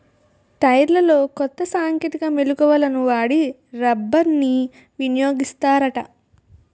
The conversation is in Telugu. టైర్లలో కొత్త సాంకేతిక మెలకువలను వాడి రబ్బర్ని వినియోగిస్తారట